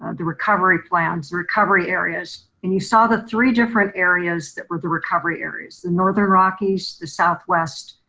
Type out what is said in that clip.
ah the recovery plans, recovery areas, and you saw the three different areas that were the recovery areas, the northern rockies, the southwest,